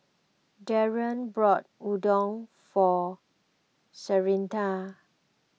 Darian bought Udon for Syreeta